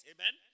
Amen